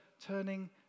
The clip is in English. turning